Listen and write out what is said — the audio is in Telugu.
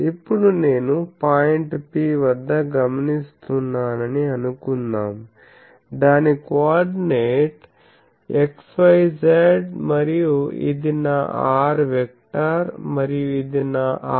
ఇప్పుడు నేను పాయింట్ P వద్ద గమనిస్తున్నానని అనుకుందాందాని కోఆర్డినేట్ xyz మరియు ఇది నా r వెక్టర్ మరియు ఇది నా r' వెక్టర్ అవుతుంది